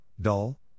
dull